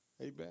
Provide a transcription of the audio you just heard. Amen